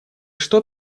что